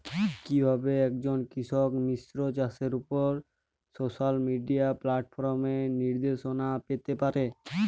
কিভাবে একজন কৃষক মিশ্র চাষের উপর সোশ্যাল মিডিয়া প্ল্যাটফর্মে নির্দেশনা পেতে পারে?